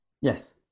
Yes